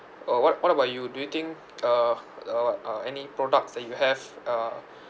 uh what what about you do you think uh uh wha~ uh any products that you have uh